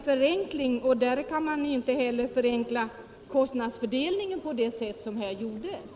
Man kan då inte heller förenkla kostnadsfördelningen på det sätt som här gjordes.